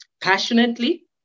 passionately